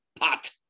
pot